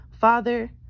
Father